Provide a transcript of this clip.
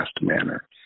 manner